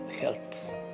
health